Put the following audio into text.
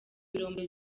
birombe